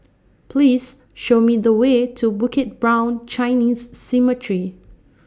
Please Show Me The Way to Bukit Brown Chinese Cemetery